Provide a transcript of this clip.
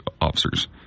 officers